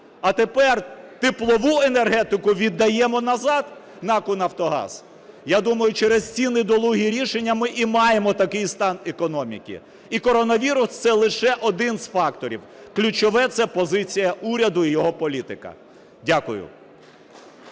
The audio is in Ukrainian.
а тепер теплову енергетику віддаємо назад НАК "Нафтогаз"? Я думаю, через ці недолугі рішення ми і маємо такий стан економіки. І коронавірус – це лише один з факторів. Ключове – це позиція уряду і його політика. Дякую.